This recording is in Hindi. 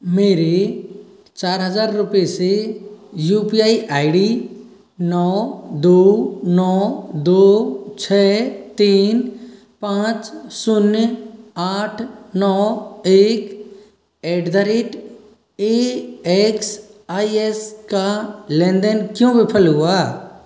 मेरे चार हज़ार रुपये से U P I I D नौ दू नौ दो छः तीन पाँच शून्य आठ नौ एक at the rate A X I S का लेन देन क्यों विफल हुआ